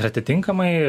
ir atitinkamai